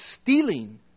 stealing